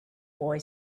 boy